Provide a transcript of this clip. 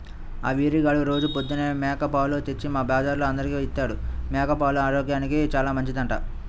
ఆ వీరిగాడు రోజూ పొద్దన్నే మేక పాలు తెచ్చి మా బజార్లో అందరికీ ఇత్తాడు, మేక పాలు ఆరోగ్యానికి చానా మంచిదంట